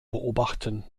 beobachten